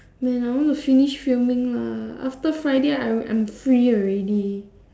man I want to finish filming lah after Friday I'm free already